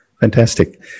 Fantastic